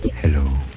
Hello